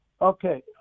okay